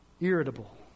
irritable